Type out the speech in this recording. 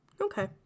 Okay